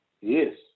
Yes